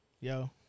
yo